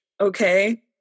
okay